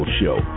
show